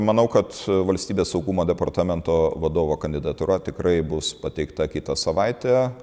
manau kad valstybės saugumo departamento vadovo kandidatūra tikrai bus pateikta kitą savaitę